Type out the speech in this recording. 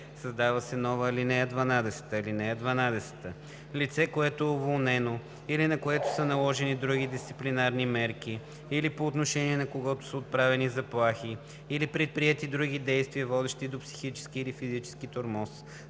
създава се нова ал. 12: „(12) Лице, което е уволнено или на което са наложени други дисциплинарни мерки, или по отношение на когото са отправени заплахи или предприети други действия, водещи до психически или физически тормоз,